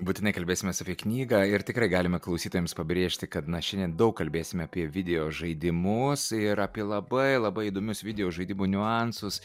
būtinai kalbėsimės apie knygą ir tikrai galime klausytojams pabrėžti kad na šiandien daug kalbėsime apie videožaidimus ir apie labai labai įdomius videožaidimų niuansus